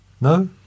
No